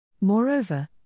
Moreover